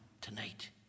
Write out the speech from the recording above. tonight